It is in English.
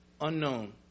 unknown